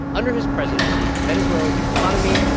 under his presidency, venezuela's economy,